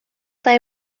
they